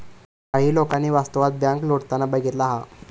काही लोकांनी वास्तवात बँक लुटताना बघितला हा